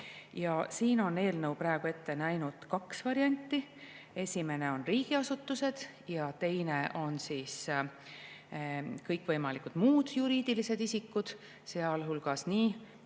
Siin on eelnõu praegu ette näinud kaks varianti: esimene on riigiasutused ja teine on kõikvõimalikud muud juriidilised isikud, sealhulgas nii